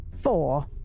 Four